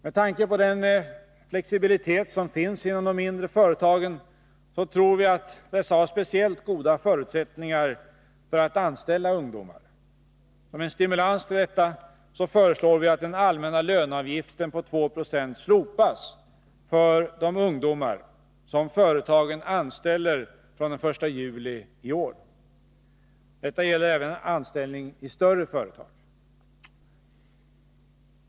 Med tanke på den flexibilitet som finns inom de mindre företagen, tror vi att dessa har speciellt goda förutsättningar för att anställa ungdomar. Som en stimulans till detta föreslår vi att den allmänna löneavgiften på 2 26 slopas för de ungdomar som företagen anställer från den 1 juli i år. Detta gäller även anställning i större företag.